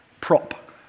prop